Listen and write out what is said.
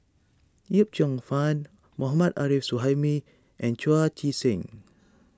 Yip Cheong Fun Mohammad Arif Suhaimi and Chu Chee Seng